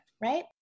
right